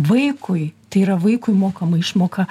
vaikui tai yra vaikui mokama išmoka